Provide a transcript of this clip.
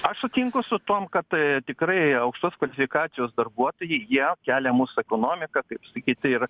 aš sutinku su tuom kad tikrai aukštos kvalifikacijos darbuotojai jie kelia mūsų ekonomiką taip sakyt ir